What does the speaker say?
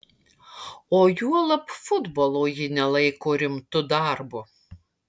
o juolab futbolo ji nelaiko rimtu darbu